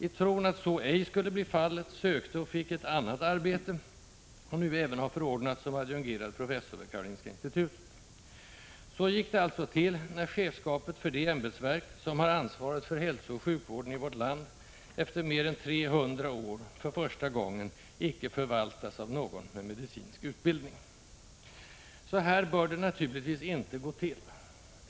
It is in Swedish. I tron att så ej skulle bli fallet sökte och fick hon ett annat arbete och har nu även förordnats som adjungerad professor vid Karolinska institutet. Så gick det alltså till när chefskapet för det ämbetsverk som har ansvaret för hälsooch sjukvården i vårt land för första gången sedan mer än 300 år tillbaka anförtroddes någon som icke hade medicinsk utbildning. Så här bör det naturligtvis inte gå till.